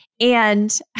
And-